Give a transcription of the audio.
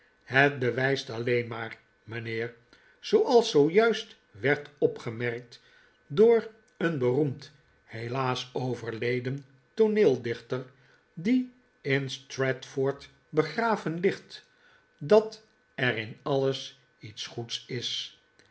het bewijst alleen maar mijnheer zooals zoo juist werd opgemerkt door een beroemd helaas overleden tooneeldichter die in stratford begraven ligt dat er in alles iets goeds is